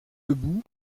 debout